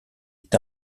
est